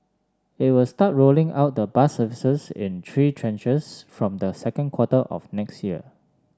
it will start rolling out the bus services in three tranches from the second quarter of next year